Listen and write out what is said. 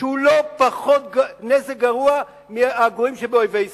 שהוא לא פחות גרוע מהנזק של הגרועים שבאויבי ישראל.